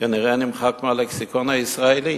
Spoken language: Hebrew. כנראה נמחק מהלקסיקון הישראלי,